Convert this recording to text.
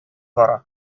бара